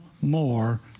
More